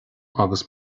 agus